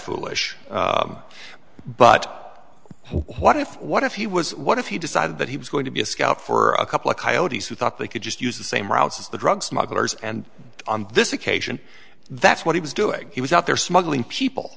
foolish but what if what if he was what if he decided that he was going to be a scout for a couple of coyotes who thought they could just use the same routes as the drug smugglers and on this occasion that's what he was doing he was out there smuggling people